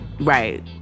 Right